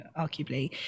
arguably